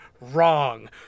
wrong